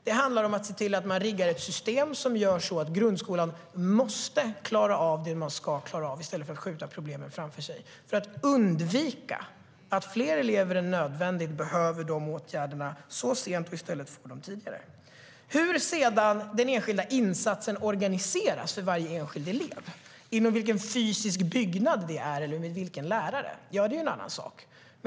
Det handlar om att se till att rigga ett system som gör att grundskolan måste klara av det den ska klara av i stället för att skjuta problemet framför sig, så att vi undviker att fler elever än nödvändigt behöver de åtgärderna så sent och i stället får dem tidigare. Hur den enskilda insatsen sedan organiseras för varje elev - inom vilken fysisk byggnad den äger rum och med vilken lärare - är en annan sak.